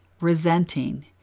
resenting